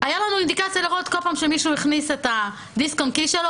הייתה לנו אינדיקציה לראות כל פעם כשמישהו הכניס את הדיסק און-קי שלו,